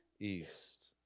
east